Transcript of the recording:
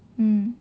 mm